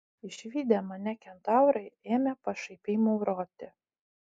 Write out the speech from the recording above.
išvydę mane kentaurai ėmė pašaipiai mauroti